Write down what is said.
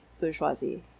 bourgeoisie